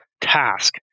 task